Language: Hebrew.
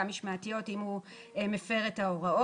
גם משמעתיות אם הוא מפר את ההוראות.